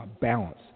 balance